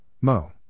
Mo